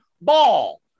ball